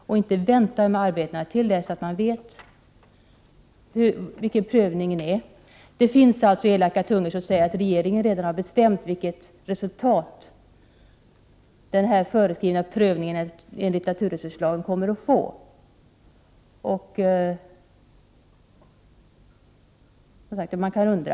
Varför inte vänta med arbetena till dess att man vet hur prövningen utfaller? Det finns elaka tungor som säger att regeringen redan har bestämt vilket resultat den föreskrivna prövningen enligt naturresurslagen kommer att få; man kan undra.